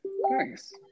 Nice